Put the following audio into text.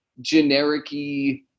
generic-y